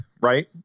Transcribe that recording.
right